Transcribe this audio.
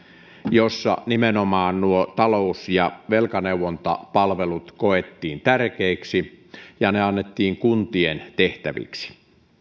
jossa nimenomaan nuo talous ja velkaneuvontapalvelut koettiin tärkeiksi ja ne annettiin kuntien tehtäviksi